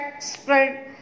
spread